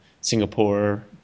Singapore